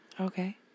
okay